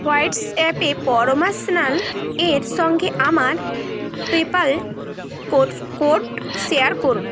হোয়াটস অ্যাপে পরমা স্ন্যাল এর সঙ্গে আমার পেপ্যাল কোড শেয়ার করুন